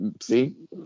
see